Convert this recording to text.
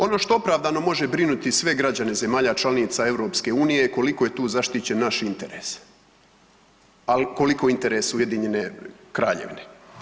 Ono što opravdano može brinuti sve građane zemalja članica EU koliko je tu zaštićen naš interes, a koliko interes Ujedinjene Kraljevine.